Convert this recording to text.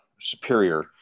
superior